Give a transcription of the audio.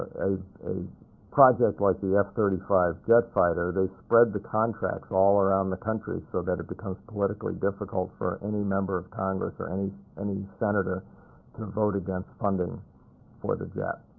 a a project like the f thirty five jet fighter, they spread the contracts all around the country so that it becomes politically difficult for any member of congress or any any senator to vote against funding for the jet.